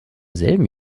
selben